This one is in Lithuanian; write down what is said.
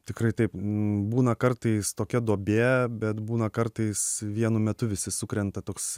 tikrai taip būna kartais tokia duobė bet būna kartais vienu metu visi sukrenta toks